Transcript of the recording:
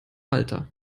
malta